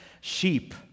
sheep